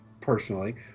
personally